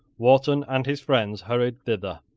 wharton and his friends hurried thither,